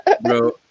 bro